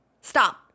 Stop